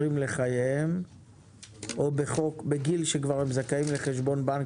לחייהם או בגיל שהם כבר זכאים לחשבון בנק,